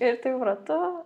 ir taip ratu